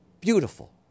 Beautiful